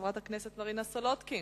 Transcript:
חברת הכנסת מרינה סולודקין,